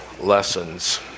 lessons